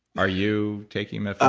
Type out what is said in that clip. are you taking ah